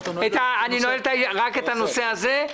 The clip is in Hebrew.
אני נועל רק את הנושא הזה.